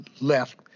left